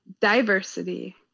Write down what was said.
diversity